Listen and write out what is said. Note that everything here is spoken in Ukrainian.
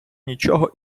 нічого